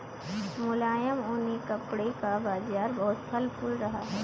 मुलायम ऊनी कपड़े का बाजार बहुत फल फूल रहा है